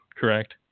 correct